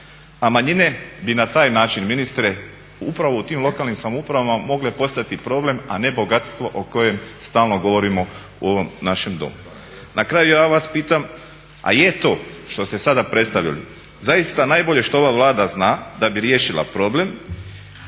manjine bi na taj način ministre upravo u tim lokalnim samoupravama mogle postati problem, a ne bogatstvo o kojem stalno govorimo u ovom našem Domu. Na kraju ja vas pitam, a je to što ste sada predstavili zaista najbolje što ova Vlada zna da bi riješila problem